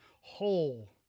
whole